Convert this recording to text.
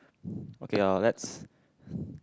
okay uh let's